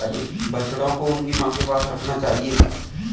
बछड़ों को उनकी मां के पास रखना चाहिए